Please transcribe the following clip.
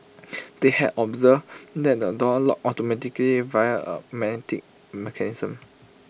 they had observed that the door locked automatically via A magnetic mechanism